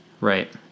Right